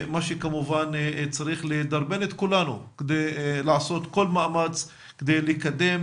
מה שכמובן צריך לדרבן את כולנו כדי לעשות כל מאמץ לקדם